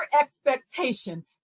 expectation